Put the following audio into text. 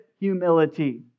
humility